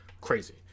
Crazy